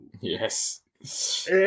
Yes